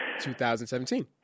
2017